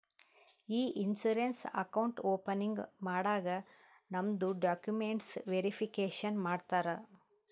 E insurance account opening ಮಾಡಾಗ್ ನಮ್ದು documents verification ಮಾಡ್ತಾರ